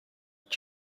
did